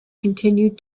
continued